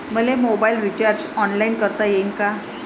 मले mobile recharge online करता येईन का?